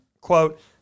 quote